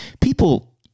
people